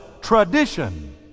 tradition